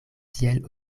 tiel